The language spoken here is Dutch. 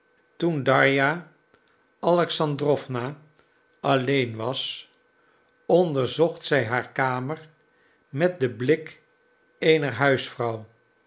toen darja alexandrowna alleen was onderzocht zij haar kamer met den blik eener huisvrouw